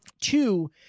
Two